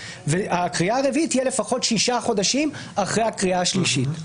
והקריאה הרביעית תהיה לפחות שישה חודשים אחרי הקריאה השלישית.